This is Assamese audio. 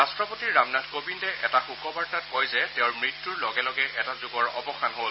ৰাষ্ট্ৰপতি ৰামনাথ কোবিন্দে এটা শোকবাৰ্তাত কয় যে তেওঁৰ মৃত্যুৰ লগে লগে এটা যুগৰ অৱসান হ'ল